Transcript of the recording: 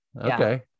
Okay